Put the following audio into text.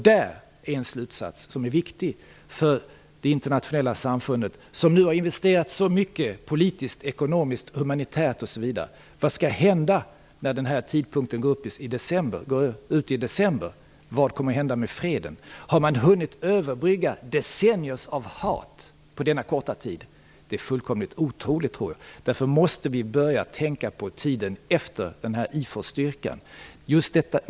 Där är en slutsats som är viktig för det internationella samfundet som nu har investerat så mycket politiskt, ekonomiskt, humanitärt osv. Vad skall hända när tiden går ut i december? Vad kommer hända med freden? Har man hunnit överbrygga decennier av hat på denna korta tid? Det är fullkomligt otroligt. Därför måste vi börja tänka på tiden efter IFOR-styrkan.